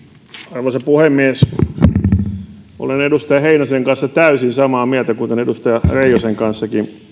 arvoisa puhemies olen edustaja heinosen kanssa täysin samaa mieltä kuten edustaja reijosenkin kanssa